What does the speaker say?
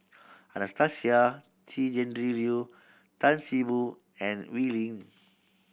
Anastasia Tjendri Liew Tan See Boo and Wee Lin